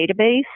database